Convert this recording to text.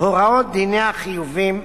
הוראות דיני החיובים,